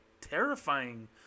terrifying